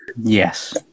Yes